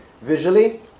Visually